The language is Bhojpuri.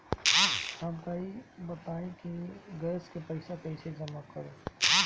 हमका ई बताई कि गैस के पइसा कईसे जमा करी?